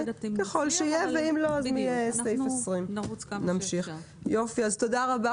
ואם לא נמשיך מסעיף 20. תודה רבה,